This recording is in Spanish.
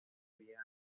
había